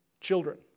children